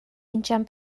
injan